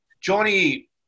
Johnny